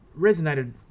resonated